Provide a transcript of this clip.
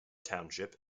township